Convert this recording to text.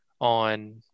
on